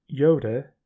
Yoda